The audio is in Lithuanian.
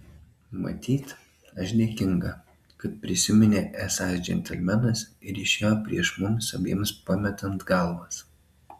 matyt aš dėkinga kad prisiminė esąs džentelmenas ir išėjo prieš mums abiem pametant galvas